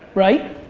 right?